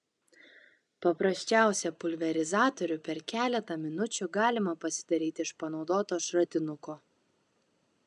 paprasčiausią pulverizatorių per keletą minučių galima pasidaryti iš panaudoto šratinuko